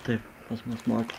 taip pas mus mokė